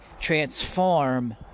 transform